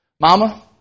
Mama